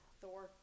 Thor